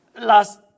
last